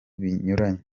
binyuranye